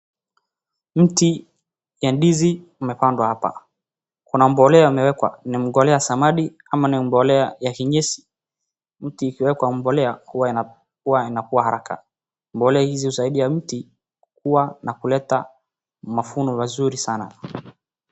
Mti ya ndizi imepandwa hapa, kuna mbolea imewekwa, ni mbolea ya samadi ama ni mbolea ya kinyesi. Mti ikiwekwa mbolea huwa inakua haraka, mbolea hizi husaidia mti kua na kuleta mavuno mazuri sana.